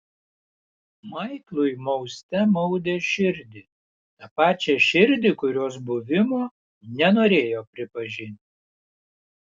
maiklui mauste maudė širdį tą pačią širdį kurios buvimo nenorėjo pripažinti